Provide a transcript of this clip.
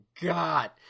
god